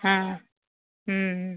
ହଁ ହୁଁ ହୁଁ